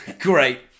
Great